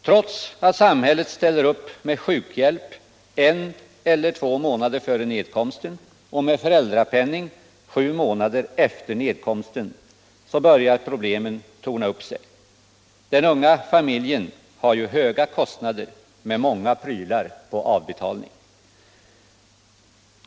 Trots att samhället ställer upp med sjukhjälp en eller två månader före nedkomsten och med föräldrapenning sju månader efter nedkomsten börjar problemen torna upp sig. Den unga familjen har ju höga kostnader med många prylar på avbetalning.